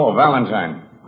Valentine